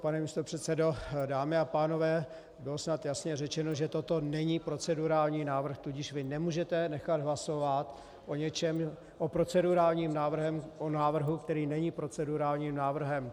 Pane místopředsedo, dámy a pánové, bylo snad jasně řečeno, že toto není procedurální návrh, tudíž vy nemůžete nechat hlasovat o něčem, o procedurálním návrhu, který není procedurálním návrhem.